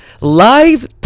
live